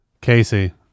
Casey